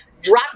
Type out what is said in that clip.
drop